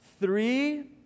Three